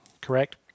correct